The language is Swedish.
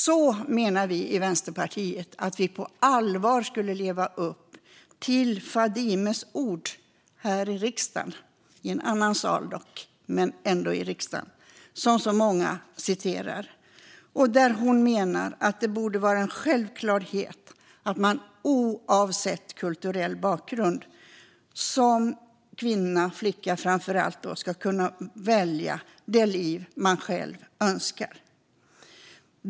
Så, menar Vänsterpartiet, skulle vi på allvar leva upp till Fadimes ord här i riksdagen - i en annan sal, men ändå i riksdagen - som så många citerar. Hon menade att det borde vara en självklarhet att man, framför allt som kvinna eller flicka, oavsett kulturell bakgrund ska kunna välja det liv man själv önskar.